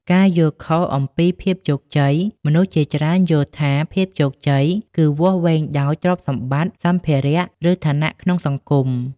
ការយល់ខុសអំពីភាពជោគជ័យ មនុស្សជាច្រើនយល់ថាភាពជោគជ័យគឺវាស់វែងដោយទ្រព្យសម្បត្តិ សម្ភារៈ ឬឋានៈក្នុងសង្គម ។